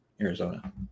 Arizona